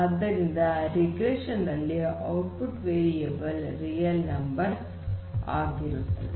ಆದ್ದರಿಂದ ರಿಗ್ರೆಷನ್ ನಲ್ಲಿ output variable real number ಆಗಿರುತ್ತದೆ